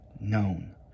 known